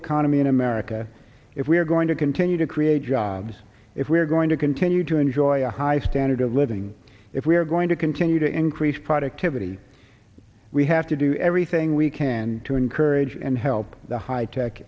economy in america if we're going to continue to create jobs if we're going to continue to enjoy a high standard of living if we're going to continue to increase productivity we have to do everything we can to encourage and help the high tech